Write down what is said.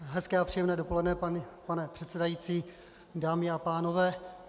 Hezké a příjemné dopoledne, pane předsedající, dámy a pánové.